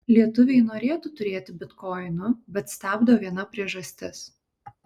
lietuviai norėtų turėti bitkoinų bet stabdo viena priežastis